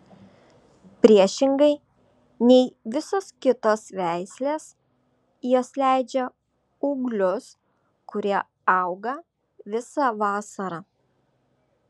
priešingai nei visos kitos veislės jos leidžia ūglius kurie auga visą vasarą